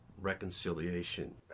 reconciliation